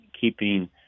keeping